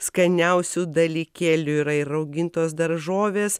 skaniausių dalykėlių yra ir raugintos daržovės